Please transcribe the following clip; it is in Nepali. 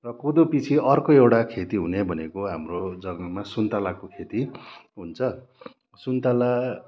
र कोदो पछि अर्को एउटा खेती हुने भनेको हाम्रो जग्गामा सुन्तलाको खेती हुन्छ सुन्तला